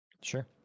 Sure